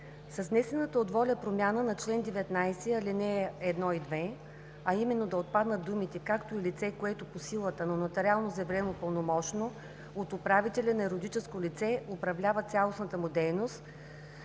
С внесената от „Воля“ промяна на чл. 19, ал. 1 и 2, а именно да отпаднат думите „както лице, което по силата на нотариално заверено пълномощно от управителя на юридическо лице, управлява цялостната му дейност“,